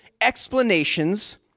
explanations